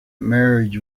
marriage